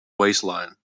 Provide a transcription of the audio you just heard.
waistline